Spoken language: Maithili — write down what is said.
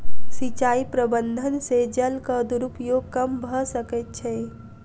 सिचाई प्रबंधन से जलक दुरूपयोग कम भअ सकै छै